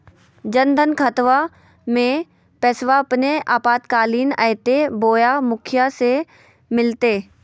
जन धन खाताबा में पैसबा अपने आपातकालीन आयते बोया मुखिया से मिलते?